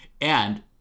And-